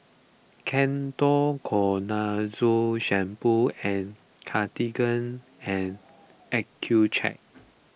Ketoconazole Shampoo and Cartigain and Accucheck